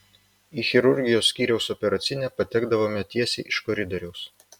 į chirurgijos skyriaus operacinę patekdavome tiesiai iš koridoriaus